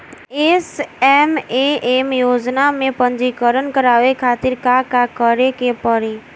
SMAM योजना में पंजीकरण करावे खातिर का का करे के पड़ी?